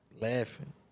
laughing